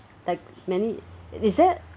like many is that